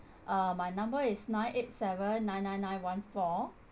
uh my number is nine eight seven nine nine nine one four